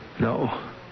No